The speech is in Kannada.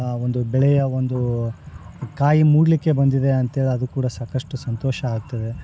ಆ ಒಂದು ಬೆಳೆಯ ಒಂದು ಕಾಯಿ ಮೂಡ್ಲಿಕ್ಕೆ ಬಂದಿದೆ ಅಂತೇಳಿ ಅದು ಕೂಡ ಸಾಕಷ್ಟು ಸಂತೋಷ ಆಗ್ತದೆ